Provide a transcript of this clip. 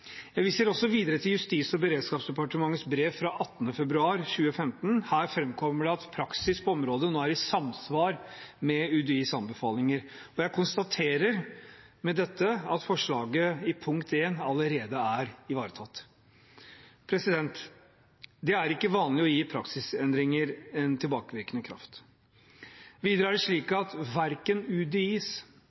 Jeg viser videre også til Justis- og beredskapsdepartementets brev av 18. februar 2015. Her fremkommer det at praksis på området nå er i samsvar med UDIs anbefalinger. Jeg konstaterer med dette at punkt 1 i forslaget allerede er ivaretatt. Det er ikke vanlig å gi praksisendringer tilbakevirkende kraft. Videre er det slik at verken UDIs